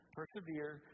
persevere